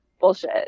bullshit